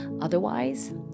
Otherwise